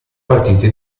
partite